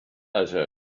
other